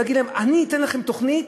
להגיד להם: אני אתן לכם תוכנית,